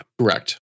correct